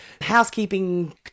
housekeeping